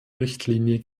richtlinie